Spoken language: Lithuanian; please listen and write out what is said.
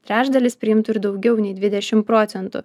trečdalis priimtų ir daugiau nei dvidešim procentų